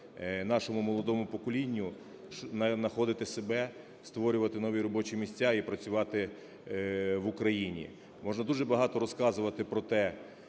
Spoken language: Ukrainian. нашому молодому поколінню находити себе, створювати нові робочі місця і працювати в Україні. Можна дуже багато розказувати про те,